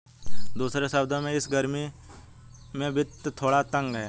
दूसरे शब्दों में, इस गर्मी में वित्त थोड़ा तंग है